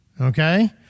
okay